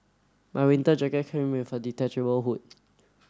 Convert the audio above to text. my winter jacket came with a detachable hood